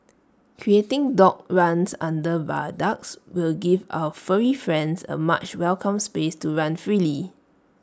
creating dog runs under viaducts will give our furry friends A much welcome space to run freely